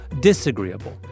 disagreeable